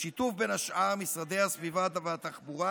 בשיתוף, בין השאר, עם משרדי הסביבה והתחבורה,